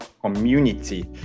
community